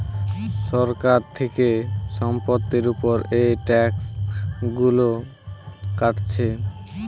সরকার থিকে সম্পত্তির উপর এই ট্যাক্স গুলো কাটছে